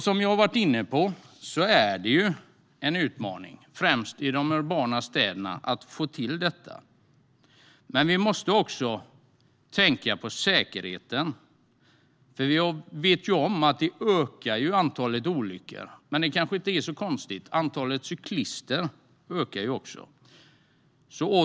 Som jag har varit inne på är det en utmaning, främst i städerna, att få till detta. Vi måste också tänka på säkerheten, för vi vet att antalet olyckor ökar. Det är kanske inte så konstigt; antalet cyklister ökar ju också.